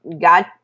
God